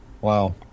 wow